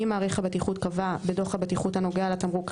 אם מעריך הבטיחות קבע בדוח הבטיחות הנוגע לתמרוק,